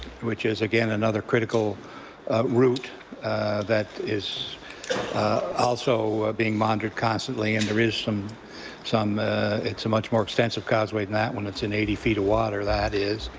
which is, again, another critical route that is also being monitored constantly and there is some some it's a much more extensive causeway than that one. it's in eighty feet of water that is.